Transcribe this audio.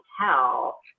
tell